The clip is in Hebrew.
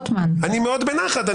אני מאוד בנחת.